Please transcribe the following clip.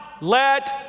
let